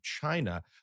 China